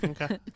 Okay